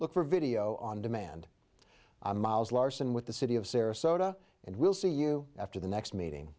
look for video on demand i'm miles larson with the city of sarasota and we'll see you after the next meeting